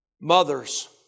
Mothers